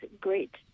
great